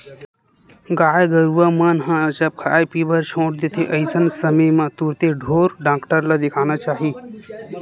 गाय गरुवा मन ह जब खाय पीए बर छोड़ देथे अइसन समे म तुरते ढ़ोर डॉक्टर ल देखाना चाही